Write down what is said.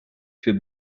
für